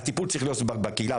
הטיפול צריך להיות בקהילה,